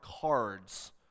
cards